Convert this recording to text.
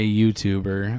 youtuber